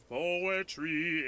poetry